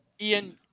Ian